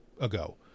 ago